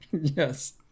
Yes